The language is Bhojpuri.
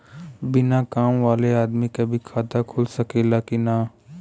बिना काम वाले आदमी के भी खाता खुल सकेला की ना?